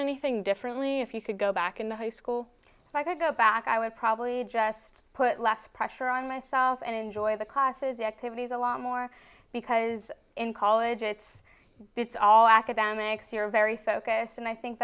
anything differently if you could go back into high school if i could go back i would probably just put less pressure on myself and enjoy the classes activities a lot more because in college it's because all academics here are very focused and i think